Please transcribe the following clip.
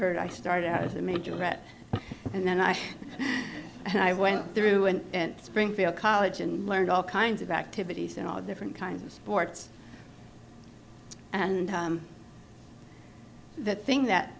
heard i started out as the major threat and then i i went through and springfield college and learned all kinds of activities and all different kinds of sports and the thing that